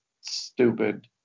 stupid